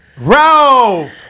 Ralph